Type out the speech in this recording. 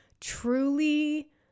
truly